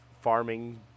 farming